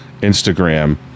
Instagram